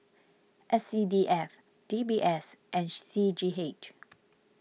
S C D F D B S and C G H